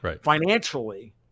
financially